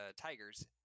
tigers